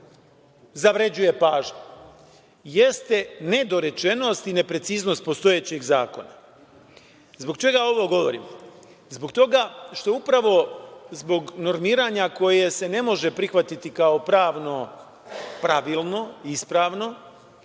zavređuje pažnju jeste nedorečenost i nepreciznost postojećeg zakona. Zbog čega ovog govorim? Zbog toga što se upravo zbog normiranja, koje se ne može prihvatiti kao pravno pravilno i ispravno,